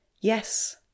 Yes